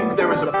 there is a